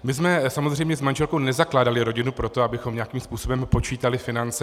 My jsme samozřejmě s manželkou nezakládali rodinu proto, abychom nějakým způsobem počítali finance.